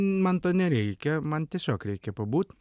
man to nereikia man tiesiog reikia pabūt